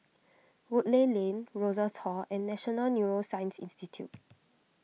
Woodleigh Lane Rosas Hall and National Neuroscience Institute